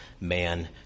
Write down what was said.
man